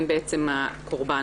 הן בעצם הקורבן.